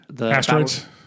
Asteroids